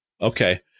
Okay